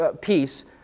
peace